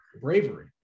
bravery